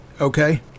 Okay